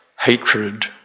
hatred